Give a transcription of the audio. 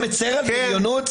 אתה מצר על בריונות?